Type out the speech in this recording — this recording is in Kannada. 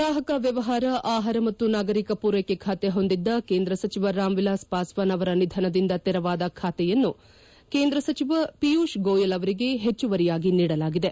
ಗ್ರಾಹಕ ವ್ನವಹಾರ ಆಹಾರ ಮತ್ತು ನಾಗರೀಕ ಮೂರ್ಲೆಕೆ ಖಾತೆ ಹೊಂದಿದ್ದ ಕೇಂದ್ರ ಸಚಿವ ರಾಮ್ ವಿಲಾಸ್ ಪಾಸ್ನಾನ್ ಅವರ ನಿಧನದಿಂದ ತೆರವಾದ ಖಾತೆಯನ್ನು ಕೇಂದ್ರ ಸಚಿವ ಖಿಯೂಷ್ ಗೋಯಲ್ ಅವರಿಗೆ ಹೆಚ್ಚುವರಿಯಾಗಿ ನೀಡಲಾಗಿದೆ